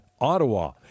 Ottawa